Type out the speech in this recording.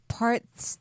parts